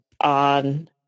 on